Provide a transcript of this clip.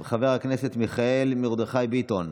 חבר הכנסת מיכאל מרדכי ביטון,